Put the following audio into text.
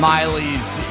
Miley's